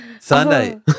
Sunday